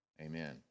amen